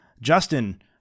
Justin